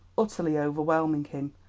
utterly overwhelming him,